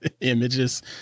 images